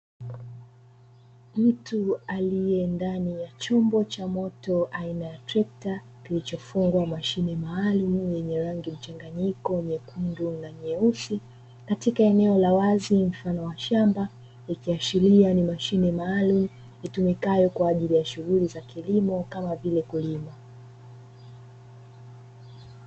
Mtu aliye ndani ya chombo cha moto aina y trekta kilichofungwa mashine maalumu chenye rangi mchanganyiko nyekundu na nyeusi katika eneo la wazi mfano wa shamba, ikiashiria ni mashine maalumu itumikayo kwa ajili ya shughuli za kilimo kama vile kulima.